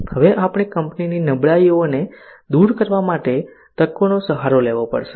હવે આપણે કંપનીની નબળાઈઓને દૂર કરવા માટે તકોનો સહારો લેવો પડશે